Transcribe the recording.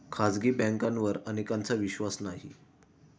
खाजगी बँकांवर अनेकांचा विश्वास नाही